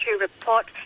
report